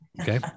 okay